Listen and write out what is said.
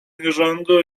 nierządu